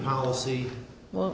policy well